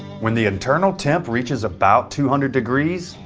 when the internal temp reaches about two hundred degrees,